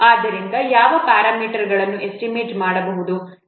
ಆದ್ದರಿಂದ ಯಾವ ಪ್ಯಾರಾಮೀಟರ್ಗಳನ್ನು ಎಸ್ಟಿಮೇಟ್ ಮಾಡಬಹುದು